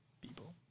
people